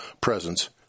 presence